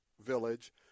village